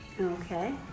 Okay